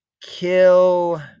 kill